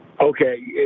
Okay